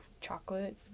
chocolate